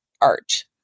art